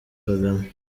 kagame